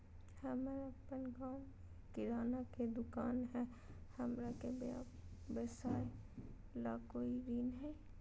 हमर अपन गांव में किराना के दुकान हई, हमरा के व्यवसाय ला कोई ऋण हई?